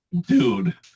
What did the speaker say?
Dude